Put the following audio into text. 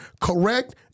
Correct